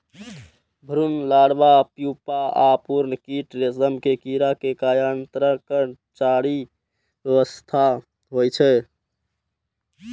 भ्रूण, larva, pupa आ पूर्ण कीट रेशम के कीड़ा के कायांतरणक चारि अवस्था होइ छै